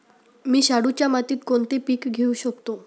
मी शाडूच्या मातीत कोणते पीक घेवू शकतो?